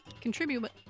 contribute